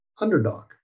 underdog